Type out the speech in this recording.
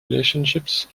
relationships